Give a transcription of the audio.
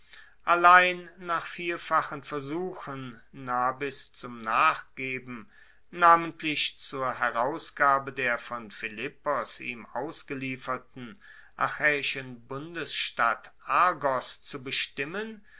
allein nach vielfachen versuchen nabis zum nachgeben namentlich zur herausgabe der von philippos ihm ausgelieferten achaeischen bundesstadt argos zu bestimmen